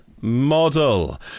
model